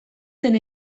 zen